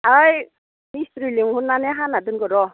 ओइ मिस्थ्रि लेंहरनानै हाना दोनगोन र'